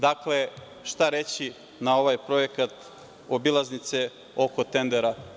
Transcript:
Dakle, šta teći na ovaj projekat obilaznice oko tendera.